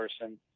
person